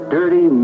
Dirty